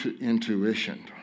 intuition